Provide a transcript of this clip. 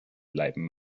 bleiben